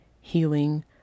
healing